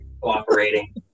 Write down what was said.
cooperating